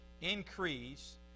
increase